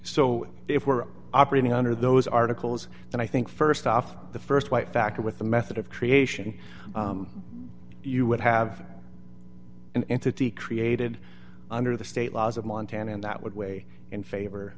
so if we're operating under those articles and i think st off the st white factor with the method of creation you would have an entity created under the state laws of montana and that would weigh in favor